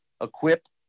equipped